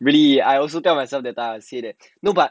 really I also tell myself that time that I would say that no but